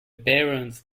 barons